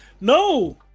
No